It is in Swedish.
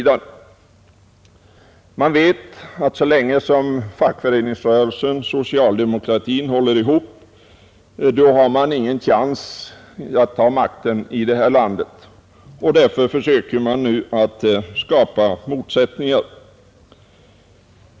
De vet att så länge fackföreningsrörelsen och socialdemokratin håller ihop har de ingen chans att ta makten i detta land, och därför försöker de nu skapa motsättningar.